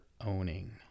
owning